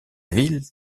ville